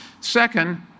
Second